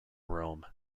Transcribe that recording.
rome